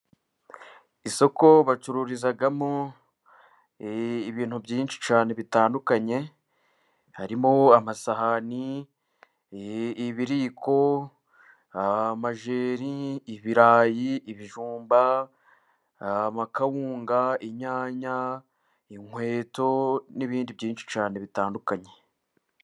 Isoko bacururizamo ibintu byinshi cyane bitandukanye, harimo amasahani, ibiyiko, amajyeri, ibirayi, ibijumba, amakawunga, inyanya, inkweto, n'ibindi byinshi cyane bitandukanye.